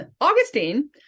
Augustine